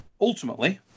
Ultimately